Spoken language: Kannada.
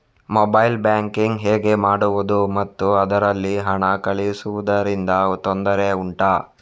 ಮೊಬೈಲ್ ಬ್ಯಾಂಕಿಂಗ್ ಹೇಗೆ ಮಾಡುವುದು ಮತ್ತು ಅದರಲ್ಲಿ ಹಣ ಕಳುಹಿಸೂದರಿಂದ ತೊಂದರೆ ಉಂಟಾ